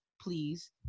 please